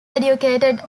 educated